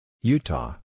Utah